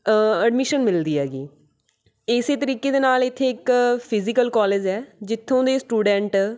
admission ਮਿਲਦੀ ਹੈਗੀ ਇਸ ਤਰੀਕੇ ਦੇ ਨਾਲ਼ ਇੱਥੇ ਇੱਕ ਫਿਜ਼ੀਕਲ ਕੋਲੇਜ ਹੈ ਜਿੱਥੋਂ ਦੇ ਸਟੂਡੈਂਟ